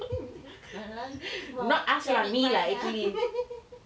karang bawa cari payah